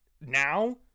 now